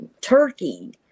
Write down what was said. turkey